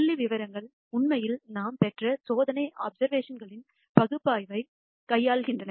புள்ளிவிவரங்கள் உண்மையில் நாம் பெற்ற சோதனை அப்சர்வேஷன்களின் பகுப்பாய்வைக் கையாளுகின்றன